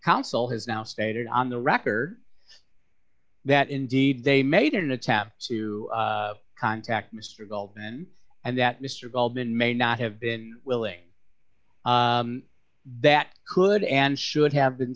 stated on the record that indeed they made an attempt to contact mr goldman and that mr goldman may not have been willing that could and should have been